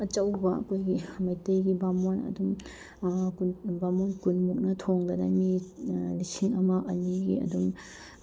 ꯑꯆꯧꯕ ꯑꯩꯈꯣꯏꯒꯤ ꯃꯩꯇꯩꯒꯤ ꯕꯥꯃꯣꯟ ꯑꯗꯨꯝ ꯕꯥꯃꯣꯟ ꯀꯨꯟ ꯃꯨꯛꯅ ꯊꯣꯡꯗꯅ ꯃꯤ ꯂꯤꯁꯤꯡ ꯑꯃ ꯑꯅꯤꯒꯤ ꯑꯗꯨꯝ